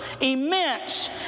Immense